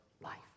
life